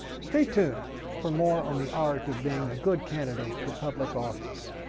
stay tuned for more on the art of being a good candidate for public office.